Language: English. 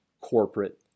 corporate